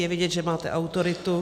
Je vidět, že máte autoritu.